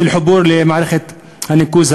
זה המצב.